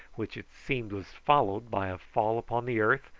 which it seemed was followed by a fall upon the earth,